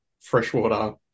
freshwater